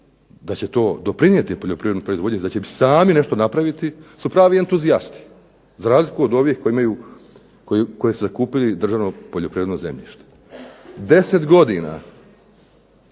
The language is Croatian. da će to doprinijeti poljoprivrednoj proizvodnji, da će sami nešto napraviti su pravi entuzijasti za razliku od ovih koji imaju, koji su zakupili državno poljoprivredno zemljište. 10 godina